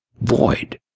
void